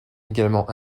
également